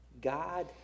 God